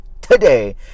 today